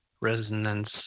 resonance